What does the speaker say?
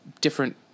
different